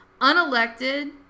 unelected